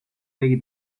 tegi